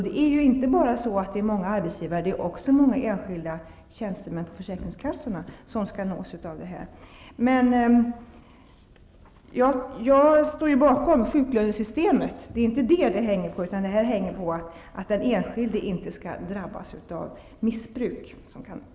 Det är inte bara många arbetsgivare utan också många enskilda tjänstemän på försäkringskassorna som skall nås av information. Jag står bakom sjuklönesystemet, men nu handlar det om att den enskilde inte skall drabbas av missbruk som kan åstadkommas.